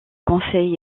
conseil